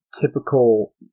typical